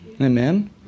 Amen